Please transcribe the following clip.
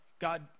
God